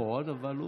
נכון, אבל הוא,